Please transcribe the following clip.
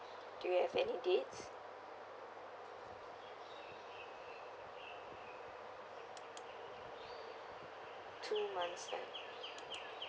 do you have any dates two months plan